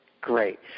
great